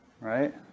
right